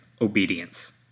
obedience